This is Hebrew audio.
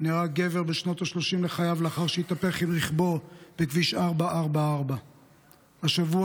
נהרג גבר בשנות השלושים לחייו לאחר שהתהפך עם רכבו בכביש 444. השבוע